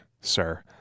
sir